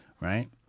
Right